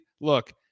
look